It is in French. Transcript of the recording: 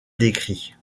décrit